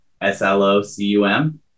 S-L-O-C-U-M